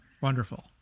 Wonderful